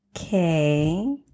Okay